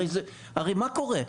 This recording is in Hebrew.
הרי מה קורה?